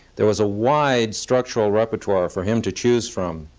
there was a wide structural repertoire for him to choose from.